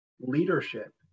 leadership